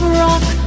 rock